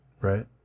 right